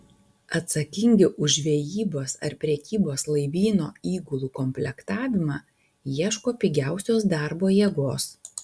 atsakingi už žvejybos ar prekybos laivyno įgulų komplektavimą ieško pigiausios darbo jėgos